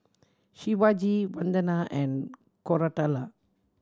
Shivaji Vandana and Koratala